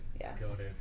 Yes